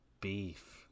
beef